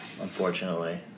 unfortunately